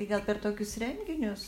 tai gal per tokius renginius